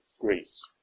Greece